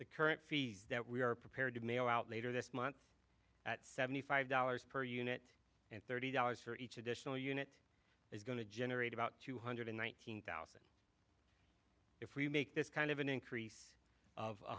the current fee that we are prepared to mail out later this month at seventy five dollars per unit and thirty dollars for each additional unit is going to generate about two hundred in one hundred thousand if we make this kind of an increase of